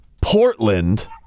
Portland